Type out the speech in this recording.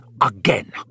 again